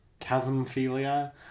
chasmophilia